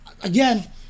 again